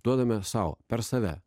duodame sau per save